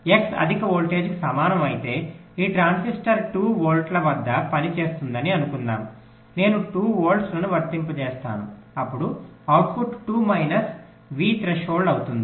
X అధిక వోల్టేజ్కు సమానం అయితే ఈ ట్రాన్సిస్టర్ 2 వోల్ట్ల వద్ద పనిచేస్తుందని అనుకుందాము నేను 2 వోల్ట్లను వర్తింపజేస్తాను అప్పుడు అవుట్పుట్ 2 మైనస్ V థ్రెషోల్డ్ అవుతుంది